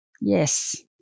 Yes